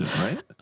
right